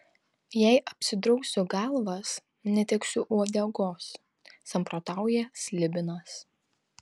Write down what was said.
jei apsidrausiu galvas neteksiu uodegos samprotauja slibinas